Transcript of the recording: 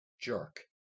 jerk